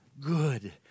good